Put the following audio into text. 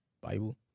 Bible